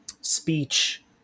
speech